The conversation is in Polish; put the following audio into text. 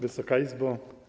Wysoka Izbo!